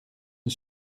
een